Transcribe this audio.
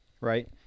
right